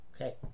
okay